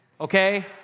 okay